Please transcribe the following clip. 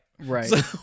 right